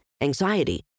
anxiety